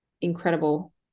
incredible